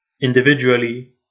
individually